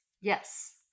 yes